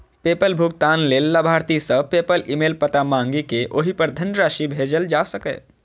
PayPal भुगतान लेल लाभार्थी सं पेपल ईमेल पता मांगि कें ओहि पर धनराशि भेजल जा सकैए